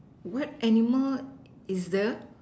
what animal is the